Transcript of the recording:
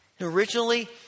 Originally